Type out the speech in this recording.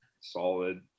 solid